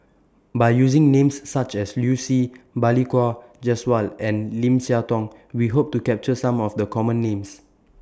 By using Names such as Liu Si Balli Kaur Jaswal and Lim Siah Tong We Hope to capture Some of The Common Names